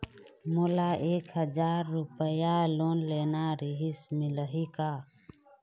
मोला एक हजार रुपया लोन लेना रीहिस, मिलही का?